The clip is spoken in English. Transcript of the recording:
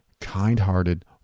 kind-hearted